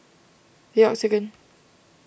the Octagon